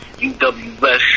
UWS